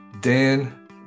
Dan